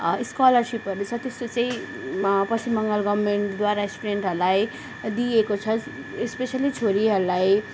स्कलरसिपहरू छ त्यस्तो चाहिँ पश्चिम बङ्गाल गभर्मेन्टद्वारा स्टुडेन्टहरूलाई दिइएको छ स्पेसियली छोरीहरूलाई